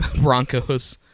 Broncos